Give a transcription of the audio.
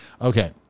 Okay